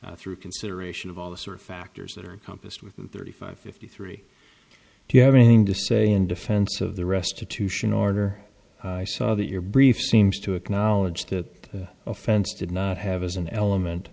through consideration of all the sort of factors that are compassed with thirty five fifty three do you have anything to say in defense of the restitution order that your brief seems to acknowledge that offense did not have as an element